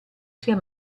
sia